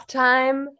time